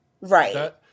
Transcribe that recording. Right